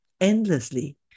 endlessly